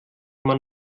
man